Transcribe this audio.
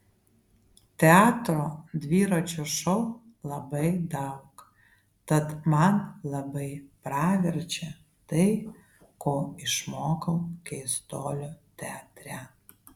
teatro dviračio šou labai daug tad man labai praverčia tai ko išmokau keistuolių teatre